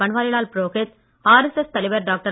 Banwarilal Purohit RSS தலைவர் doctor